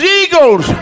eagles